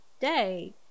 day